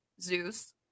Zeus